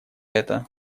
это